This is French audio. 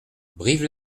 brive